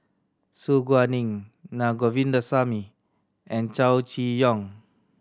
Su Guaning Na Govindasamy and Chow Chee Yong